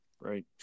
right